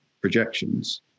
projections